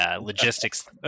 logistics